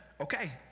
Okay